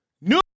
new